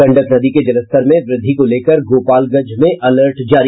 गंडक नदी के जलस्तर में वृद्धि को लेकर गोपालगंज में अलर्ट जारी